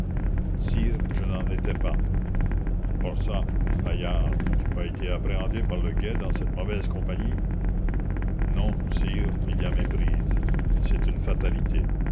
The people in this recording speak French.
sire je n'en étais pas or çà paillard n'as-tu pas été appréhendé par le guet dans cette mauvaise compagnie non sire il y a méprise c'est une fatalité